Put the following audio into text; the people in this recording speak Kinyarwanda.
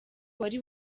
wari